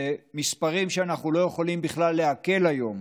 אלה מספרים שאנחנו לא יכולים בכלל לעכל היום,